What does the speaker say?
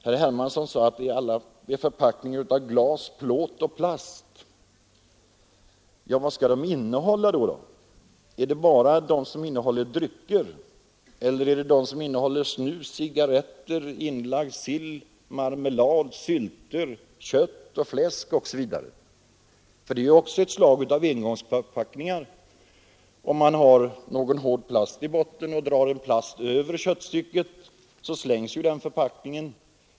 Herr Hermansson sade att det är förpackningar av glas, plåt och plast. Vad skall de innehålla då? Är det bara de som innehåller drycker eller är det de som innehåller t.ex. snus, cigarretter, inlagd sill, marmelad, sylter, kött och fläsk? Här är det ju också fråga om ett slags engångsförpackningar. Om man har någon hård plast i botten och drar plast över köttstycket slängs ju den förpackningen.